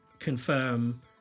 confirm